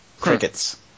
Crickets